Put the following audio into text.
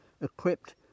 equipped